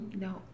No